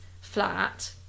flat